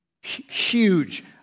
Huge